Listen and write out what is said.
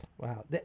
Wow